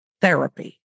Therapy